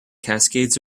cascades